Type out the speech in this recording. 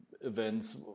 events